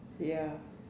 ya